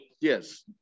Yes